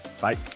Bye